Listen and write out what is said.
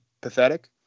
pathetic